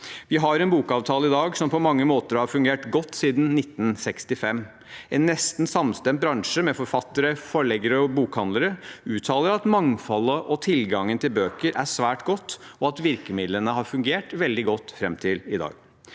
Vi har en bokavtale i dag som på mange måter har fungert godt siden 1965. En nesten samstemt bransje, med forfattere, forleggere og bokhandlere, uttaler at mangfoldet og tilgangen til bøker er svært godt, og at virkemidlene har fungert veldig godt fram til i dag.